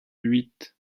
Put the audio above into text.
huit